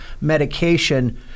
medication